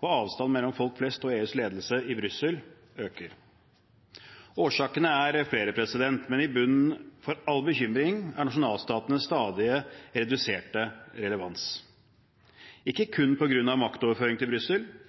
og avstanden mellom folk flest og EUs ledelse i Brussel øker. Årsakene er flere, men i bunnen for all bekymring er nasjonalstatenes stadige reduserte relevans, ikke kun på grunn av maktoverføring til Brussel,